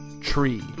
tree